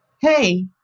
Hey